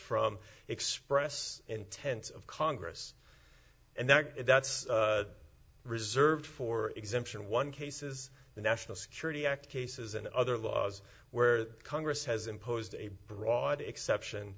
from express intent of congress and that that's reserved for exemption one cases the national security act cases and other laws where congress has imposed a broad exception